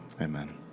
Amen